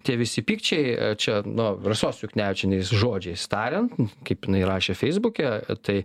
tie visi pykčiai čia nu rasos juknevičienės žodžiais tariant kaip jinai rašė feisbuke tai